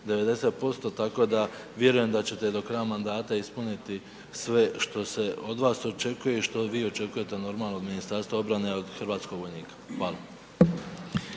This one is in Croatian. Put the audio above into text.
90%, tako da vjerujem da ćete do kraja mandata ispuniti sve što se od vas očekuje i što vi očekujete normalno od Ministarstva obrane od hrvatskog vojnika, hvala.